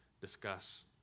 discuss